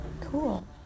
cool